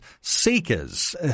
seekers